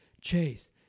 Chase